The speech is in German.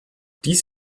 dies